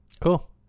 cool